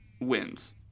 wins